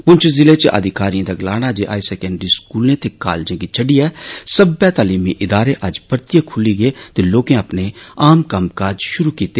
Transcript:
पुंछ जिले च अधिकारिए दा गलाना ऐ जे हाई सकैंडरी स्कूले ते कालेजें गी छोडिये सब्बै तालीमी इदारें अज्ज परतिये खुल्ली गे ते लोकें अपने आम कम्मकाज शुरु कीते